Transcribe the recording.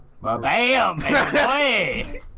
BAM